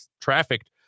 trafficked